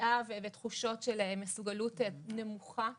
רתיעה ותחושות של מסוגלות נמוכה - שוב,